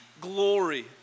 glory